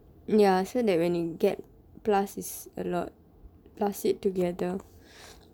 ya so that when you get plus is a lot plus it together